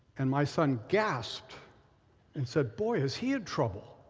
and my son gasped and said, boy, is he in trouble.